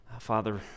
Father